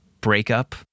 breakup